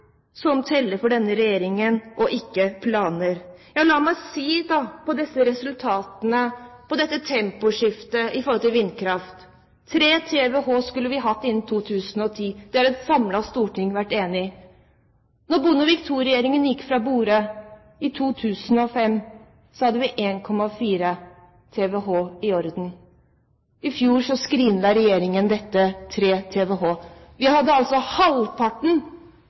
som teller for denne regjeringen, ikke planer. La meg da si om resultatene og temposkiftet i forhold til vindkraft: Vi skulle hatt 3 TWh innen 2010. Det var et samlet storting enig i. Da Bondevik II-regjeringen gikk fra borde i 2005, hadde vi 1,4 TWh i orden. I fjor skrinla regjeringen 3 TWh. Vi hadde altså halvparten